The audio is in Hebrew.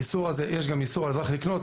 יש גם איסור אזרח לקנות,